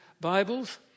Bibles